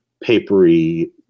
papery